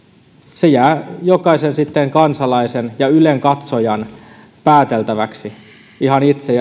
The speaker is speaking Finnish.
se jää jokaisen kansalaisen ja ylen katsojan pääteltäväksi ihan itse